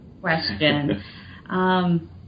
question